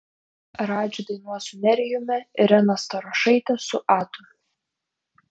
radži dainuos su nerijumi irena starošaitė su atu